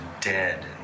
dead